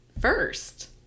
first